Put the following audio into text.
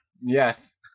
Yes